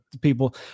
people